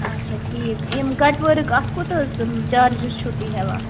اچھا ٹھیٖک یِم کَٹ ؤرک اتھ کوٗتاہ حظ چارجِز چھِو تُہۍ ہیٚوان